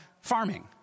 farming